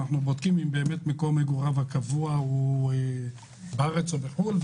אנחנו בודקים אם באמת מקום מגוריו הקבוע הוא בארץ או בחו"ל.